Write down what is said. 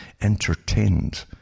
entertained